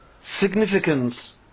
significance